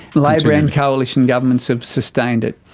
labor and coalition governments have sustained it.